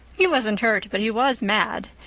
he wasn't hurt, but he was mad.